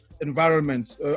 environment